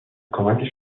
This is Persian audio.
کمک